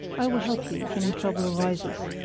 i will help you if any trouble arises.